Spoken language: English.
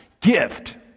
gift